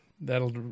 that'll